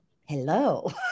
Hello